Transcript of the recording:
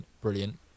Brilliant